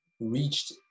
reached